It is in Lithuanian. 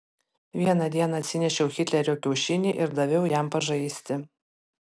vieną dieną atsinešiau hitlerio kiaušinį ir daviau jam pažaisti